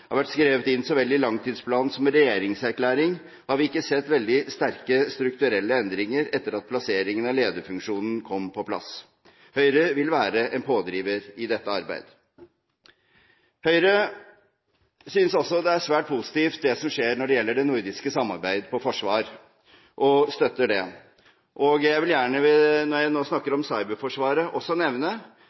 har vært skrevet inn i så vel langtidsplan som regjeringserklæring, har vi ikke sett veldig sterke strukturelle endringer etter at plasseringen av lederfunksjonen kom på plass. Høyre vil være en pådriver i dette arbeidet. Høyre synes også det er svært positivt det som skjer når det gjelder det nordiske samarbeidet på forsvarsområdet, og støtter det. Jeg vil gjerne, når jeg nå snakker om cyberforsvaret, nevne at vi mener det er viktig at det nordiske samarbeidet også